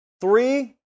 Three